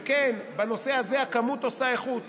וכן, בנושא הזה הכמות עושה איכות.